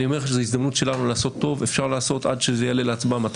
אני אומר שזו ההזדמנות שלנו לעשות טוב ואפשר לעשות עד שזה יעלה להצבעה.